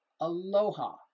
Aloha